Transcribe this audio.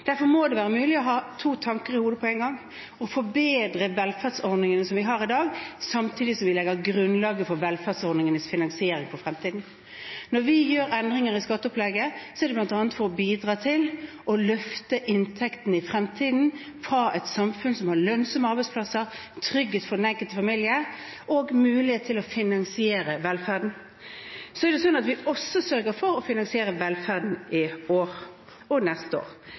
Derfor må det være mulig å ha to tanker i hodet på en gang: å forbedre velferdsordningene som vi har i dag, samtidig som vi legger grunnlaget for velferdsordningenes finansiering for fremtiden. Når vi gjør endringer i skatteopplegget, er det bl.a. for å bidra til å løfte inntektene i fremtiden fra et samfunn som har lønnsomme arbeidsplasser, trygghet for den enkelte familie og mulighet til å finansiere velferden. Så er det sånn at vi også sørger for å finansiere velferden i år og neste år.